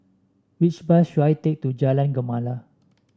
which bus should I take to Jalan Gemala